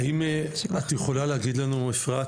האם את יכולה להגיד לנו אפרת,